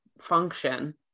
function